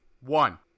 one